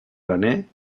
graner